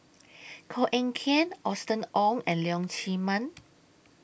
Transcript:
Koh Eng Kian Austen Ong and Leong Chee Mun